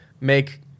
make